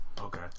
Okay